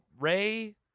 ray